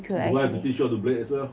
do I have to teach you to play as well